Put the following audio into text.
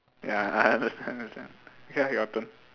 ya I understand understand okay lah your turn